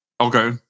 Okay